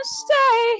stay